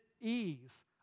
ease